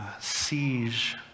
siege